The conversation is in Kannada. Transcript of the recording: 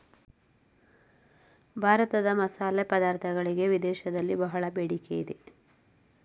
ಭಾರತದ ಮಸಾಲೆ ಪದಾರ್ಥಗಳಿಗೆ ವಿದೇಶದಲ್ಲಿ ಬಹಳ ಬೇಡಿಕೆ ಇದೆ